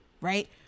right